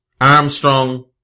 Armstrong